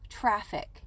traffic